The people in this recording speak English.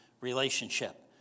relationship